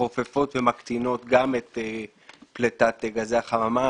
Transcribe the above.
חופפות ומקטינות גם את פליטת גזי החממה.